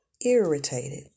Irritated